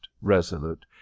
resolute